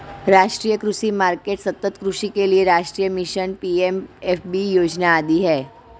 राष्ट्रीय कृषि मार्केट, सतत् कृषि के लिए राष्ट्रीय मिशन, पी.एम.एफ.बी योजना आदि है